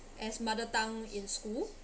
as mother tongue in school